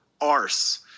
arse